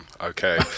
Okay